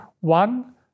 one